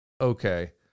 okay